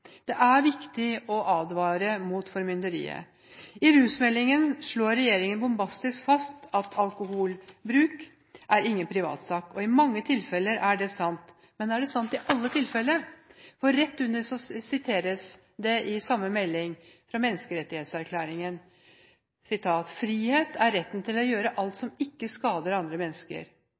Det er viktig å advare mot formynderiet. I rusmeldingen slår regjeringen bombastisk fast at «alkoholbruk er ingen privatsak». I mange tilfeller er det sant, men er det sant i alle tilfeller? Rett under i samme melding siteres det fra menneskerettighetserklæringen: «Frihet er retten til å gjøre alt som ikke skader andre mennesker».